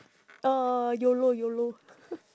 oh YOLO YOLO